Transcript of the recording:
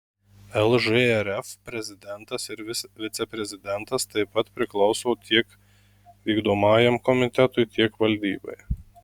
lžrf prezidentas ir viceprezidentas taip pat priklauso tiek vykdomajam komitetui tiek valdybai